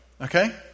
okay